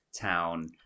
town